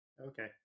Okay